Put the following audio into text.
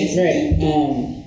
right